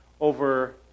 over